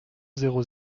zéro